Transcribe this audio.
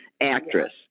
actress